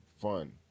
fun